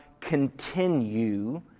continue